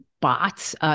bots